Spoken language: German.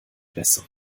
bessere